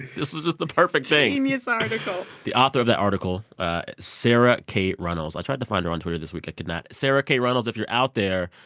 this was just the perfect thing genius article the author of that article sara k. runnels. i tried to find her on twitter this week. i could not. sara k. runnels, if you're out there,